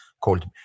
called